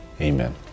Amen